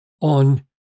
on